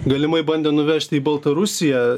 galimai bandė nuvežti į baltarusiją